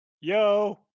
Yo